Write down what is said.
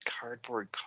Cardboard